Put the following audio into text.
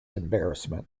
embarrassment